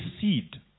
seed